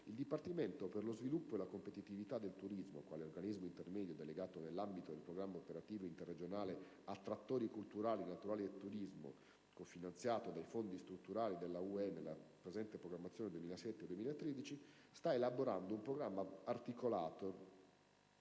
il Dipartimento per lo sviluppo e la competitività del turismo, quale organismo intermedio delegato nell'ambito del Programma operativo interregionale «Attrattori culturali, naturali e turismo», cofinanziato dai fondi strutturali della Unione europea nella presente programmazione 2007-2013, sta elaborando un articolato